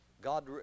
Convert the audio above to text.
God